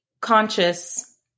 conscious